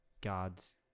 god's